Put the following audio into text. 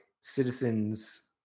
citizens